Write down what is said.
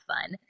fun